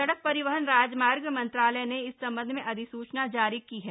सड़क परिवहन और राजमार्ग मंत्रालय ने इस संबंध में अधिसूचना जारी की है